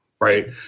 right